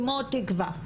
כמו תקווה,